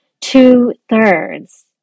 two-thirds